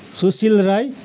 Sushil Rai